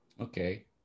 Okay